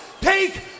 take